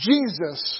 Jesus